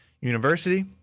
University